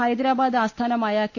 ഹൈദ രാബാദ് ആസ്ഥാനമായ കെ